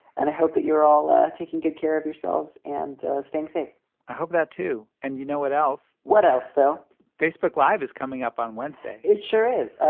and i hope that you're all ah taking good care of yourselves and staying safe i hope that, too. and you know what else? what else? fill so facebook live is coming up on wednesday it sure is.